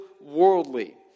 worldly